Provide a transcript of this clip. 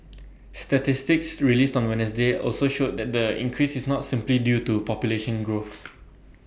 statistics released on Wednesday also showed that the increase is not simply due to population growth